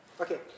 Okay